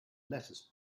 lettuce